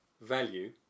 value